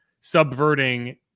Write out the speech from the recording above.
subverting